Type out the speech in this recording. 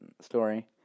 story